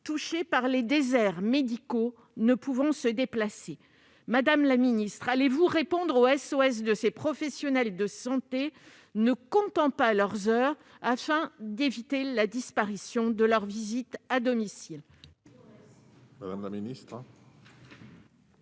vivant dans des déserts médicaux et ne pouvant se déplacer. Madame la ministre, allez-vous répondre au SOS de ces professionnels de santé, qui ne comptent pas leurs heures, afin d'éviter la disparition de leurs visites à domicile ?